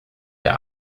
der